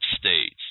states